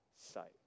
sight